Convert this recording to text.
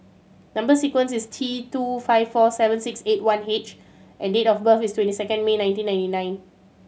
number sequence is T two five four seven six eight one H and date of birth is twenty second May nineteen ninety nine